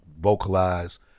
vocalize